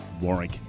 Warwick